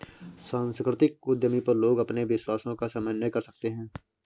सांस्कृतिक उद्यमी पर लोग अपने विश्वासों का समन्वय कर सकते है